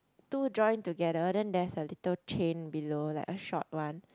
two join together then there is a little chain below like a short one